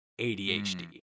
ADHD